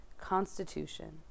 Constitution